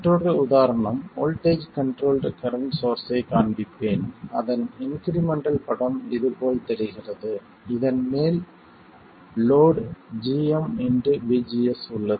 மற்றொரு உதாரணம் voltage controlled current சோர்ஸ்ஸை காண்பிப்பேன் அதன் இன்க்ரிமெண்டல் படம் இதுபோல் தெரிகிறது இதன் மேல் லோட் ggmVGS உள்ளது